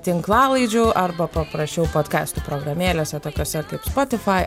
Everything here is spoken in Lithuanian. tinklalaidžių arba paprasčiau podkastų programėlėse tokiose kaip spotifai